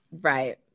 right